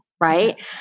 Right